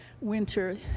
winter